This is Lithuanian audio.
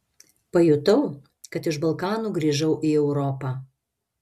pajutau kad iš balkanų grįžau į europą